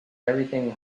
everything